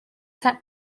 set